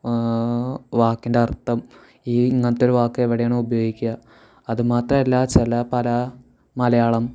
വാക്കിൻ്റെ അർത്ഥം ഈ ഇങ്ങനത്തെ ഒരു വാക്ക് എവിടെയാണ് ഉപയോഗിക്കുക അത് മാത്രം അല്ല ചില പല മലയാളം